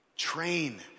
Train